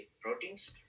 proteins